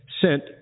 sent